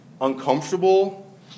uncomfortable